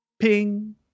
ping